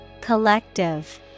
Collective